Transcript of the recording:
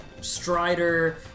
Strider